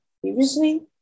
previously